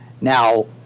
Now